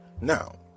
Now